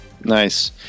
Nice